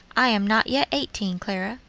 i am not yet eighteen, clara,